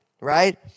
right